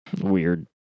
Weird